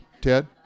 Ted